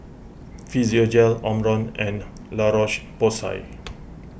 Physiogel Omron and La Roche Porsay